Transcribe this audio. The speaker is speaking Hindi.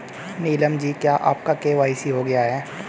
नीलम जी क्या आपका के.वाई.सी हो गया है?